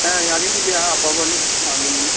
ꯍꯦ ꯒꯥꯔꯤꯒꯤꯗꯤ ꯑꯐꯕꯅꯤ ꯑꯗꯨꯝ